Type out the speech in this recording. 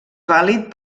vàlid